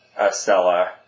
Estella